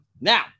Now